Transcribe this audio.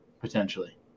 potentially